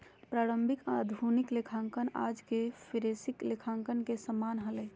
प्रारंभिक आधुनिक लेखांकन आज के फोरेंसिक लेखांकन के समान हलय